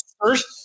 first